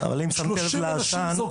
30 אנשים זורקים אבוקה --- אבל אם שמת לב לעשן,